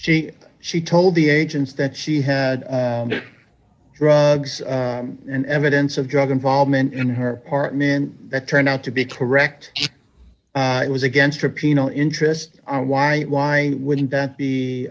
she she told the agents that she had drugs and evidence of drug involvement in her apartment that turned out to be correct that was against rypien no interest on why why wouldn't that be